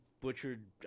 butchered